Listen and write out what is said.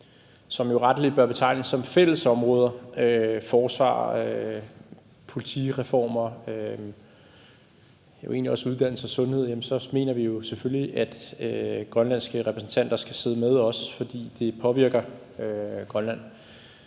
som jo rettelig bør betegnes som fællesområder, altså forsvar, politireformer, jo egentlig også uddannelse og sundhed, mener vi selvfølgelig, at grønlandske repræsentanter også skal sidde med, for det påvirker Grønland.